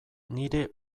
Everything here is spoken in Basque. nire